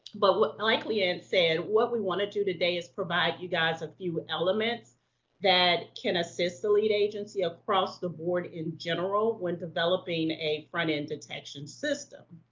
but like leigh ann said what we want to do today is provide you guys a few elements that can assist the lead agency across the board in general when developing a front-end detection system.